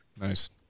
Nice